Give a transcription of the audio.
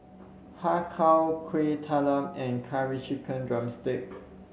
Har Kow Kuih Talam and Curry Chicken drumstick